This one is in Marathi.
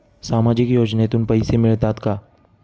सामाजिक योजनेतून पैसे मिळतात का?